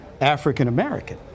african-american